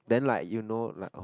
then like you know like orh